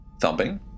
Thumping